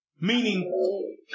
Meaning